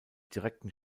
direkten